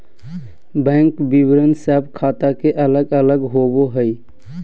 bank विवरण सब ख़ाता के अलग अलग होबो हइ